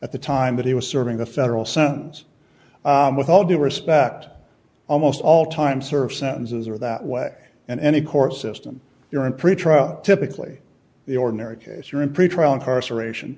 at the time that he was serving the federal sens with all due respect almost all time serve sentences are that way and any court system you're in pretrial typically the ordinary case you're in pretrial incarceration